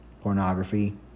pornography